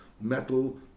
metal